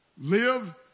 live